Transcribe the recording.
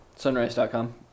sunrise.com